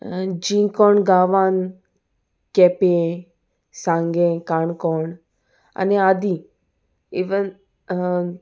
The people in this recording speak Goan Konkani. जी कोण गांवान केपें सांगे काणकोण आनी आदीं इवन